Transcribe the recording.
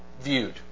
viewed